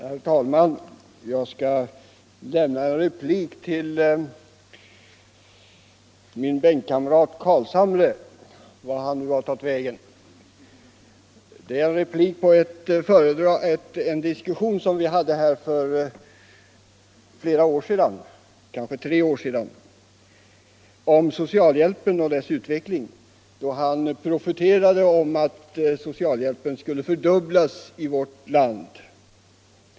Herr talman! Jag skall replikera min bänkkamrat Carlshamre. Det är en replik på ett inlägg i en diskussion vi hade för flera år sedan, kanske tre år sedan, om socialhjälpen och dess utveckling, då han profeterade om att socialhjälpen skulle fördubblas i vårt land.